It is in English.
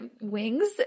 wings